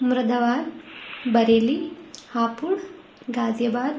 مُرادآباد بریلی ہاپوڑ غازی آباد